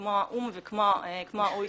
כמו האו"ם וכמו ה-OECD,